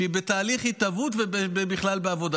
שהיא בתהליך התהוות ובכלל בעבודה.